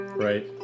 right